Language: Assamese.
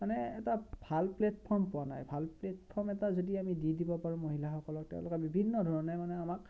মানে এটা ভাল প্লেটফৰ্ম পোৱা নাই ভাল প্লেটফৰ্ম এটা যদি আমি দি দিব পাৰোঁ মহিলাসকলক তেওঁলোকে বিভিন্ন ধৰণে মানে আমাক